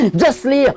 Justly